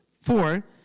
four